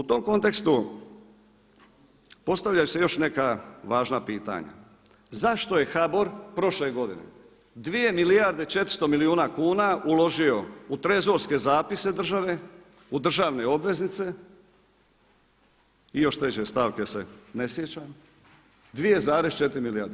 U tom kontekstu postavljaju se još neka važna pitanja, zašto je HBOR prošle godine 2 milijarde 400 milijuna kuna uložio u trezorske zapise države, u državne obveznice i još treće stavke se ne sjećam, 2,4 milijarde.